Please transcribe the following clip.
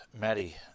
Matty